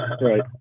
right